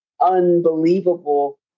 unbelievable